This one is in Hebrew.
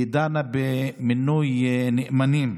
דנה במינוי נאמנים.